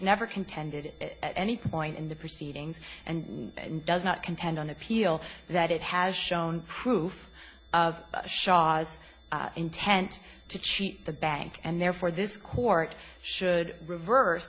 never contended at any point in the proceedings and does not contend on appeal that it has shown proof of shaw's intent to cheat the bank and therefore this court should reverse